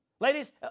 Ladies